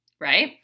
right